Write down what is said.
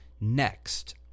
next